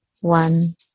One